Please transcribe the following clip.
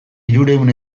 hirurehun